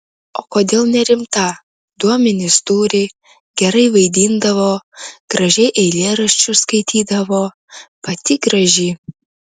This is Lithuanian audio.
o kodėl nerimta duomenis turi gerai vaidindavo gražiai eilėraščius skaitydavo pati graži